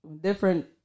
different